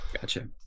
Gotcha